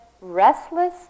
restless